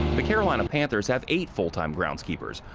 the carolina panthers have eight full-time groundskeepers.